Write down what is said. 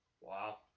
Wow